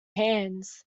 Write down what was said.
hands